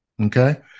Okay